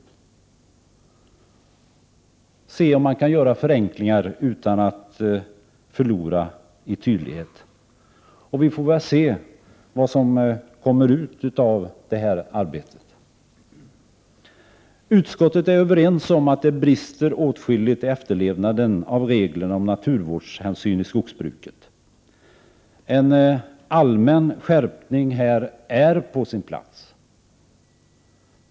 Man vill se om man kan göra förenklingar utan att förlora i tydlighet. Vi får väl se vad som kommer ut av detta arbete. Vi är i utskottet överens om att det brister åtskilligt i efterlevnaden av reglerna om naturvårdshänsyn i skogsbruket. En allmän skärpning är här på sin plats.